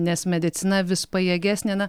nes medicina vis pajėgesnė na